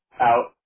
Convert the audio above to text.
out